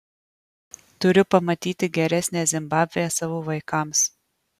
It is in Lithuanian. turiu pamatyti geresnę zimbabvę savo vaikams